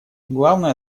главная